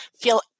feel